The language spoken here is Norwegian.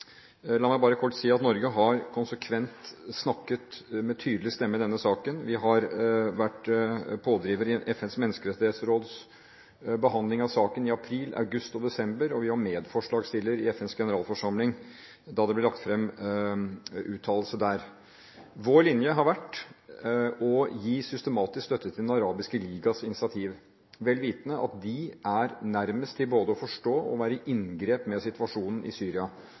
La meg bare kort si at Norge har konsekvent snakket med tydelig stemme i denne saken. Vi har vært pådriver i FNs mennskerettighetsråds behandling av saken i april, august og desember, og vi var medforslagsstiller i FNs generalforsamling da det ble lagt fram uttalelse der. Vår linje har vært å gi systematisk støtte til Den arabiske ligas initiativ, vel vitende om at de er nærmest til både å forstå og være i inngrep med situasjonen i Syria